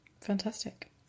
Fantastic